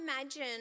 imagine